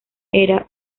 era